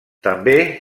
també